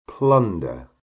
Plunder